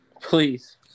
Please